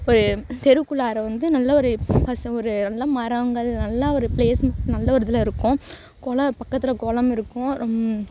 ஒரு தெருக்குள்ளார வந்து நல்ல ஒரு பசு ஒரு நல்லா மரங்கள் நல்லா ஒரு ப்ளேஸ் நல்ல ஒரு இதில் இருக்கும் குள பக்கத்தில் குளம் இருக்கும்